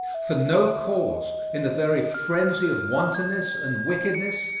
for no cause, in the very frenzy of wantonness and wickedness,